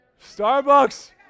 Starbucks